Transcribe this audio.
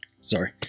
sorry